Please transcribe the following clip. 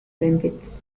benefits